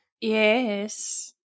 Yes